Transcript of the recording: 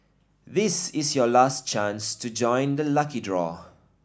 this is your last chance to join the lucky draw